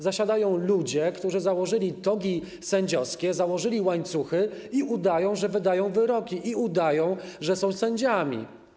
Zasiadają ludzie, którzy założyli togi sędziowskie, założyli łańcuchy i udają, że wydają wyroki, udają, że są sędziami.